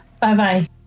bye-bye